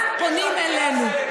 אז פונים אלינו.